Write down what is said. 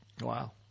Wow